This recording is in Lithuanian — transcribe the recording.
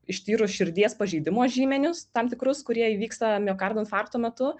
ištyrus širdies pažeidimo žymenius tam tikrus kurie įvyksta miokardo infarkto metu